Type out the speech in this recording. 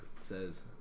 says